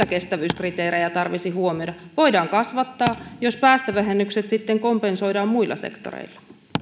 kestävyyskriteerejä tarvitsisi huomioida voidaan kasvattaa jos päästövähennykset sitten kompensoidaan muilla sektoreilla